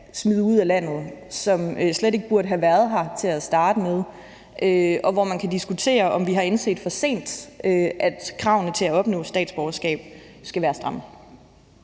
smide ud af landet, som slet ikke burde have været her til at starte med, og hvor man kan diskutere, om vi har indset for sent, at kravene til at opnå statsborgerskab skulle være strammere.